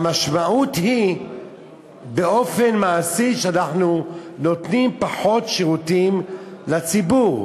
המשמעות באופן מעשי היא שאנחנו נותנים פחות שירותים לציבור.